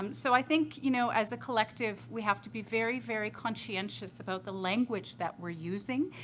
um so, i think, you know, as a collective, we have to be very, very conscientious about the language that we're using.